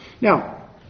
Now